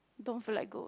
don't feel like go